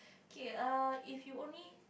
okay err if you only